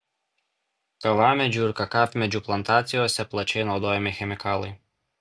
kavamedžių ir kakavmedžių plantacijose plačiai naudojami chemikalai